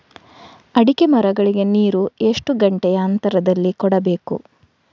ಅಡಿಕೆ ಮರಗಳಿಗೆ ನೀರು ಎಷ್ಟು ಗಂಟೆಯ ಅಂತರದಲಿ ಕೊಡಬೇಕು?